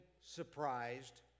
surprised